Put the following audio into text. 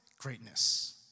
greatness